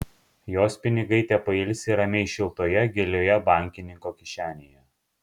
jos pinigai tepailsi ramiai šiltoje gilioje bankininko kišenėje